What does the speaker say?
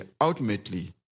ultimately